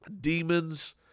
demons